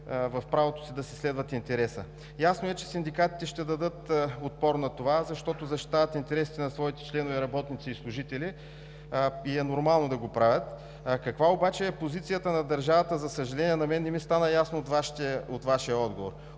в правото си да си следват интереса. Ясно е, че синдикатите ще дадат отпор на това, защото защитават интересите на своите членове, работници и служители, и е нормално да го правят. Каква обаче е позицията на държавата? За съжаление, на мен не ми стана ясно от Вашия отговор,